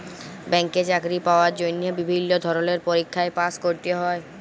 ব্যাংকে চাকরি পাওয়ার জন্হে বিভিল্য ধরলের পরীক্ষায় পাস্ ক্যরতে হ্যয়